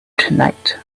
tonight